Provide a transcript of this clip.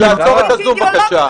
--- לעצור את הזום, בבקשה.